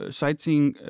sightseeing